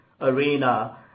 arena